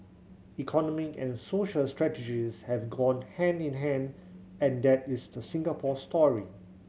economic and social strategies have gone hand in hand and that is the Singapore story